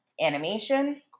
animation